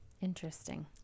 interesting